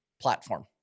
Platform